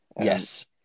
Yes